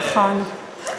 נכון.